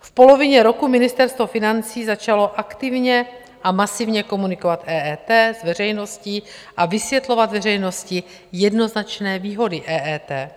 V polovině roku Ministerstvo financí začalo aktivně a masivně komunikovat EET s veřejností a vysvětlovat veřejnosti jednoznačné výhody EET.